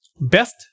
best